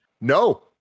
No